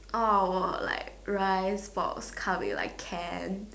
or like rice forks come in like can